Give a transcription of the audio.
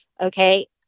okay